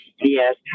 Yes